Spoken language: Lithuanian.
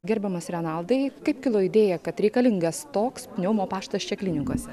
gerbiamas renaldai kaip kilo idėja kad reikalingas toks pneumo paštas čia klinikose